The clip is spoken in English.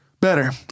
better